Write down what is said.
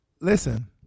Listen